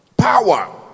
Power